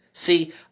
See